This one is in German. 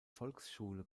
volksschule